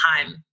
time